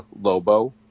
Lobo